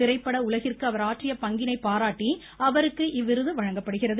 திரைப்பட உலகிற்கு அவர் ஆற்றிய பங்கினை பாராட்டி அவருக்கு இவ்விருது வழங்கப்படுகிறது